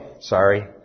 Sorry